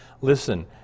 Listen